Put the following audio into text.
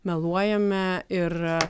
meluojame ir